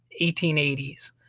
1880s